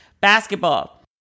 basketball